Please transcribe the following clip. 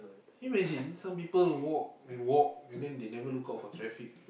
can you imagine some people walk and walk and then they never look out for traffic